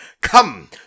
Come